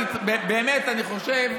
באמת אני חושב,